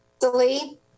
Delete